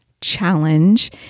challenge